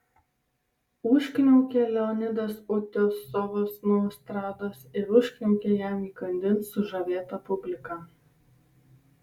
užkniaukė leonidas utiosovas nuo estrados ir užkniaukė jam įkandin sužavėta publika